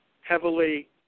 heavily